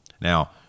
Now